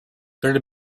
better